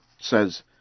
says